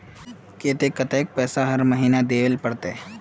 केते कतेक पैसा हर महीना देल पड़ते?